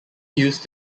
used